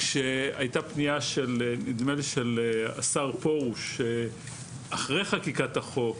כשהייתה פנייה של השר פרוש אחרי חקיקת החוק,